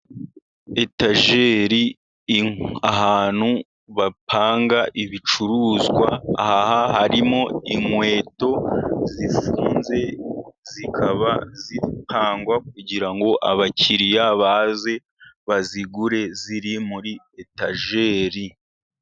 Etajeri ahantu bapanga ibicuruzwa, aha harimo inkweto zifunze, zikaba zikangwa kugira ngo abakiriya baze bazigure ziri muri etajeri.